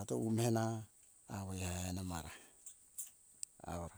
ato ume na awoe na mara aura